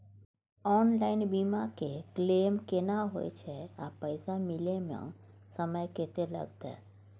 Online बीमा के claim केना होय छै आ पैसा मिले म समय केत्ते लगतै?